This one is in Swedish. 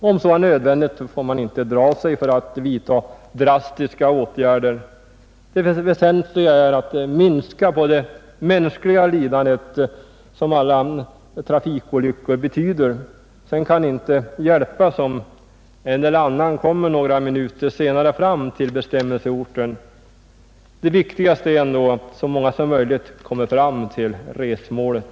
Om så är nödvändigt, får man inte dra sig för att vidta drastiska åtgärder. Det väsentliga är att minska de mänskliga lidanden som alla trafikolyckor betyder. Sedan kan det inte hjälpas om en eller annan kommer några minuter senare fram till bestämmelseorten. Det viktigaste är ändå att så många som möjligt kommer fram till resmålet.